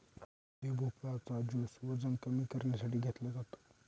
दुधी भोपळा चा ज्युस वजन कमी करण्यासाठी घेतला जातो